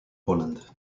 poland